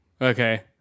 Okay